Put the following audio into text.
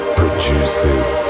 produces